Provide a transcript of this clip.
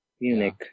Munich